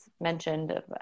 mentioned